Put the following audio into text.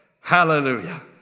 Hallelujah